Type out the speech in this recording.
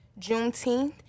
Juneteenth